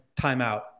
timeout